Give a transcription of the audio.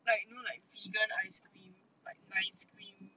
like you know like vegan ice cream like nineteen